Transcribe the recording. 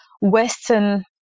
Western